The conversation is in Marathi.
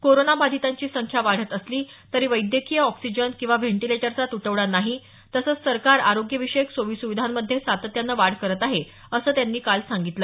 कोरोनाबाधितांची संख्या वाढत असली तरी वैद्यकीय ऑक्सिजन किंवा व्हेंटिलेटरचा त्टवडा नाही तसंच सरकार आरोग्यविषयक सोयी सुविधांमधे सातत्यानं वाढ करत आहे असं त्यांनी काल सांगितलं